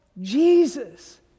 Jesus